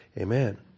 amen